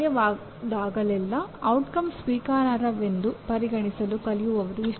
ನಮ್ಮ ಅನುಕ್ರಮವನ್ನು ಸ್ವಲ್ಪ ಬದಲಾಯಿಸೋಣ